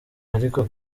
ariko